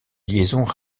liaisons